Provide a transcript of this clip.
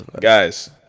Guys